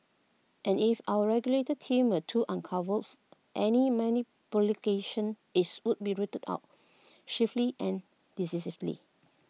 and if our regulatory team were to uncovers any many is would be rooted out swiftly and decisively